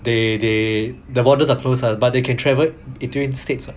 they they the borders are closed ah but they can travel between states lah